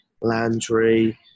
Landry